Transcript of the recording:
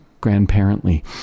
grandparently